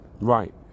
right